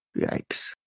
Yikes